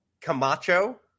Camacho